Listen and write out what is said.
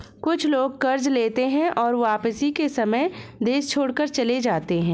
कुछ लोग कर्ज लेते हैं और वापसी के समय देश छोड़कर चले जाते हैं